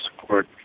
support